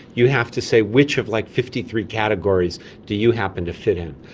you have to say which of like fifty three categories do you happen to fit in.